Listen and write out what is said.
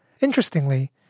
Interestingly